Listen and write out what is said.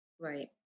Right